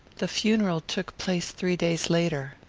the funeral took place three days later.